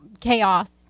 chaos